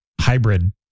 hybrid